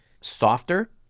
softer